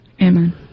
Amen